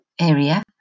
area